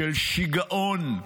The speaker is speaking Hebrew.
של שיגעון.